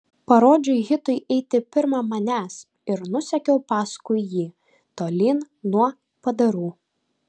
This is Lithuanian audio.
parodžiau hitui eiti pirma manęs ir nusekiau paskui jį tolyn nuo padarų